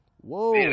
Whoa